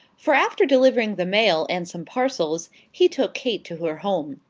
for after delivering the mail and some parcels, he took kate to her home.